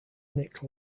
nick